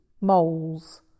moles